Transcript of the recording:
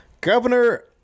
Governor